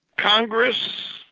congress,